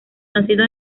nacido